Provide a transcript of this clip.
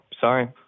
sorry